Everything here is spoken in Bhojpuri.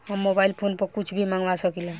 हम मोबाइल फोन पर कुछ भी मंगवा सकिला?